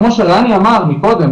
כמו שרני אמר מקודם,